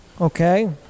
Okay